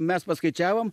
mes paskaičiavom